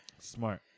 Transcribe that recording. Smart